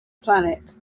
planet